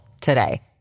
today